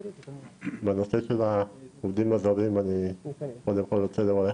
בנושא של העובדים הזרים, אני רוצה לברך